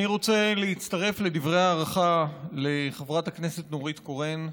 אני רוצה להצטרף לדברי ההערכה לחברת הכנסת נורית קורן.